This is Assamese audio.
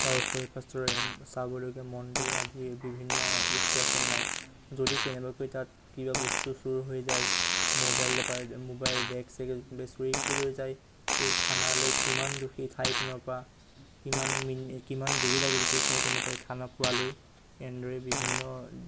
বা ওচৰে পাছৰে চাবলগীয়া মন্দিৰ আজি বিভিন্ন বস্তু আছেনে নাই যদি কেনেবাকৈ তাত কিবা বস্তু চুৰ হৈ যায় মোবাইল মোবাইল বেগ চেগ বেগ চুৰি কৰি লৈ যায় সেই থানালৈ কিমান দূৰ সেই ঠাইখনৰপৰা কিমান মিনি কিমান দেৰি লাগিব সেই ঠাইখনৰপৰা থানা পোৱালৈ এনেদৰে বিভিন্ন